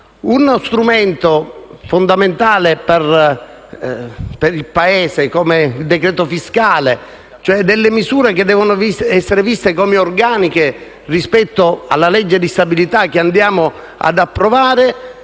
Uno strumento fondamentale per il Paese, come il decreto fiscale, ovvero delle misure che devono essere viste come organiche rispetto alla manovra di bilancio che andremo ad approvare,